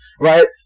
right